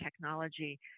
technology